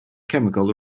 chemical